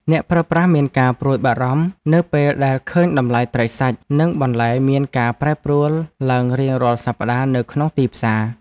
អ្នកប្រើប្រាស់មានការព្រួយបារម្ភនៅពេលដែលឃើញតម្លៃត្រីសាច់ និងបន្លែមានការប្រែប្រួលឡើងរៀងរាល់សប្តាហ៍នៅក្នុងទីផ្សារ។